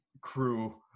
crew